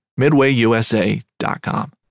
MidwayUSA.com